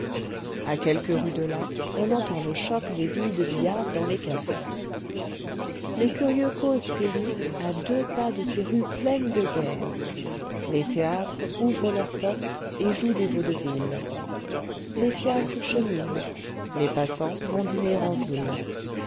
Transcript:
à quelques rues de là on entend le choc des billes de billard dans les cafés les curieux causent et rient à deux pas de ces rues pleines de guerre les théâtres ouvrent leurs portes et jouent des vaudevilles les fiacres cheminent les passants vont dîner en ville